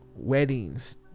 Weddings